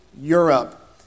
Europe